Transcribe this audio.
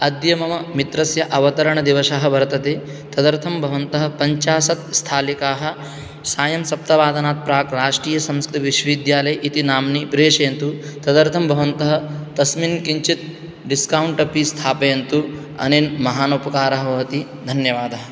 अद्य मम मित्रस्य अवतरणदिवसः वर्तते तदर्थं भवन्तः पञ्चाशत् स्थालिकाः सायं सप्तवादनात् प्राक् राष्ट्रियसंस्कृतविश्वविद्यालयः इति नाम्नि प्रेषयन्तु तदर्थं भवन्तः तस्मिन् किञ्चित् डिस्कौण्ट् अपि स्थापयन्तु अनेन महान् उपकारः भवति धन्यवादः